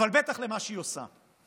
אבל בטח למה שהיא עושה.